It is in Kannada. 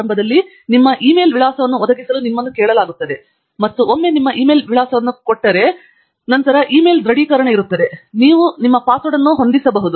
ಆರಂಭದಲ್ಲಿ ನಿಮ್ಮ ಇ ಮೇಲ್ ವಿಳಾಸವನ್ನು ಒದಗಿಸಲು ನಿಮ್ಮನ್ನು ಕೇಳಲಾಗುತ್ತದೆ ಮತ್ತು ಒಮ್ಮೆ ನಿಮ್ಮ ಇ ಮೇಲ್ ವಿಳಾಸವನ್ನು ಕೊಡಲಾಗುತ್ತದೆ ನಂತರ ಇ ಮೇಲ್ ದೃಢೀಕರಣ ಇರುತ್ತದೆ ನಂತರ ನೀವು ನಿಮ್ಮ ಪಾಸ್ವರ್ಡ್ ಅನ್ನು ಹೊಂದಿಸಬಹುದು